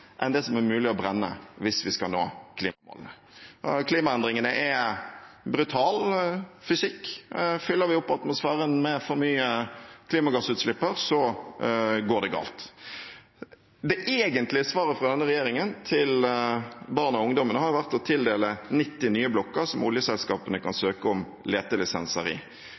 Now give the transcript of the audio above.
enn det som er mulig å brenne hvis vi skal nå klimamålene. Klimaendringene er brutal fysikk: Fyller vi opp atmosfæren med for mye klimagassutslipp, går det galt. Det egentlige svaret fra denne regjeringen til barna og ungdommene har vært å tildele 90 nye blokker som oljeselskapene kan søke om letelisenser i.